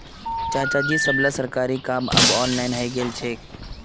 चाचाजी सबला सरकारी काम अब ऑनलाइन हइ गेल छेक